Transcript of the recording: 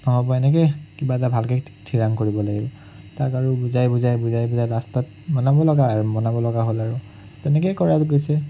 নহ'ব এনেকৈ কিবা এটা ভালকৈ ঠিৰাং কৰিব লাগিব তাক আৰু বুজাই বুজাই বুজাই বুজাই লাষ্টত মনাব লগা হ'ল আৰু মনাব লগা হ'ল আৰু তেনেকেই কৰা গৈছে